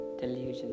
delusion